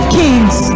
kings